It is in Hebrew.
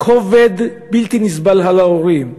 כובד בלתי נסבל על ההורים.